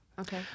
Okay